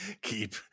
Keep